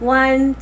one